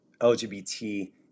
LGBT